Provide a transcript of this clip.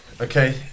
Okay